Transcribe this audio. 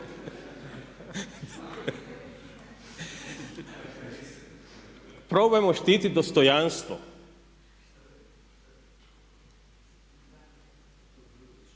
Probajmo štiti dostojanstvo.